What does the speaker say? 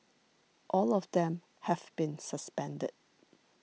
all of them have been suspended